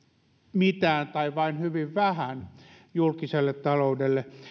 mitään tai vain hyvin vähän julkiselle taloudelle